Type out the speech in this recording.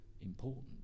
important